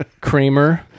Kramer